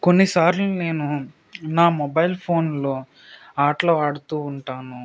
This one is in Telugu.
కొన్నిసార్లు నేను నా మొబైల్ ఫోన్లో ఆటలు ఆడుతు ఉంటాను